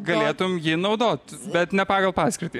galėtum jį naudot bet ne pagal paskirtį